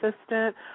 assistant